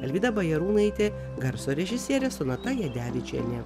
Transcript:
alvyda bajarūnaitė garso režisierė sonata jadevičienė